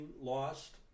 lost